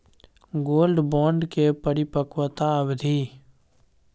Gold bond के परिपक्वता अवधि?